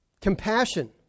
Compassion